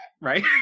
right